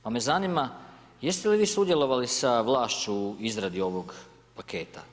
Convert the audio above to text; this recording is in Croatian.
Pa me zanima, jeste li vi sudjelovali sa vlašću u izradi ovog paketa?